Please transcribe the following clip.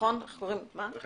אני חושבת